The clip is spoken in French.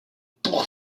pour